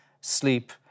sleep